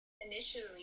initially